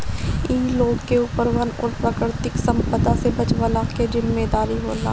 इ लोग के ऊपर वन और प्राकृतिक संपदा से बचवला के जिम्मेदारी होला